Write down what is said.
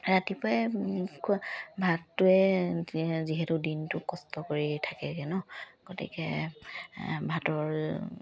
ৰাতিপুৱাই ভাতটোৱে যিহেতু দিনটো কষ্ট কৰি থাকেগে ন গতিকে ভাতৰ